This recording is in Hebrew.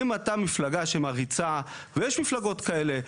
אם אתה מפלגה שמריצה, ויש מפלגות כאלה.